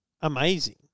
amazing